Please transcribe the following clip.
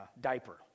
diaper